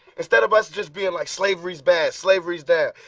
instead of us just being like slavery's bad, slavery's bad,